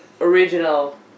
original